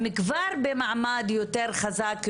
הם כבר במעמד יותר חזק,